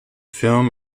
film